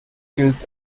gilt